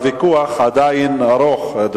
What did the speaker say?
אדוני השר, הוויכוח עדיין ארוך.